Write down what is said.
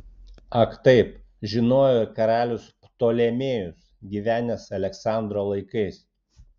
ak taip žinojo ir karalius ptolemėjus gyvenęs aleksandro laikais